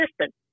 assistant